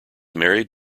married